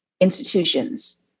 institutions